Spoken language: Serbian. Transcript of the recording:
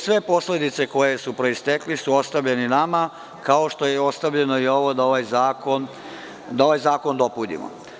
Sve posledice koje su proistekle su ostavljene nama, kao što je ostavljeno i ovo da ovaj zakon dopunimo.